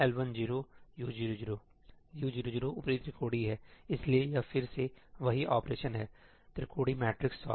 U00 ऊपरी त्रिकोणीय है इसलिए यह फिर से वही ऑपरेशन है त्रिकोणीय मैट्रिक्स सॉल्व